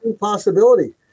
Possibility